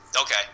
Okay